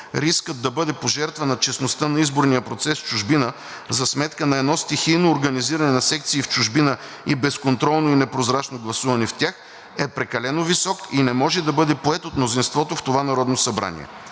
Рискът да бъде пожертвана честността на изборния процес в чужбина за сметка на едно стихийно организиране на секции в чужбина и безконтролно и непрозрачно гласуване в тях е прекалено висок и не може да бъде поет от мнозинството в това Народно събрание.